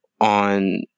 on